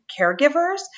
caregivers